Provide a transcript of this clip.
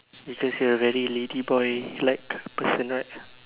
because you are a very ladyboy like person right